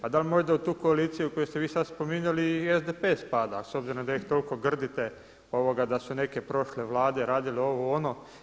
Pa da li možda u tu koaliciju koju ste vi sada spominjali i SDP-e spada s obzirom da ih toliko grdite da su neke prošle Vlade radile ovo-ono?